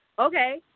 Okay